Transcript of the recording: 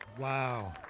wow.